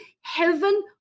heaven